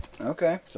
okay